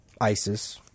Isis